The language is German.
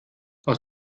aus